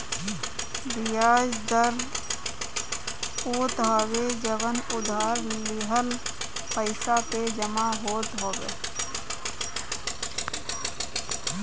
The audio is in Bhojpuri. बियाज दर उ होत हवे जवन उधार लिहल पईसा पे जमा होत हवे